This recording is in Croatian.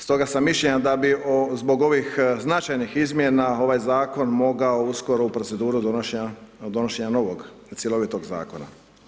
Stoga sam mišljenja da bi zbog ovih značajnih izmjena ovaj zakon mogao uskoro u proceduru donošenja novog i cjelovitog zakona.